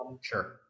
Sure